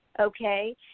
Okay